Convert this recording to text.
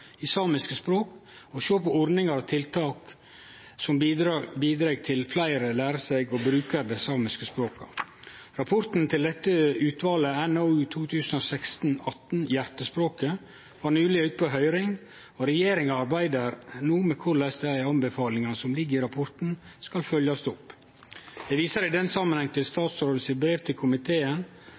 i samiske språk og sjå på ordningar og tiltak som bidreg til at fleire lærer seg og bruker dei samiske språka. Rapporten til dette utvalet, NOU 2016:18, Hjertespråket, var nyleg ute på høyring, og regjeringa arbeider no med korleis dei anbefalingane som ligg i rapporten, skal følgjast opp. Eg viser i den samanhengen til statsråden sitt brev til komiteen